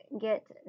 get